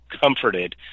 comforted